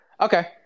Okay